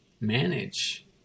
manage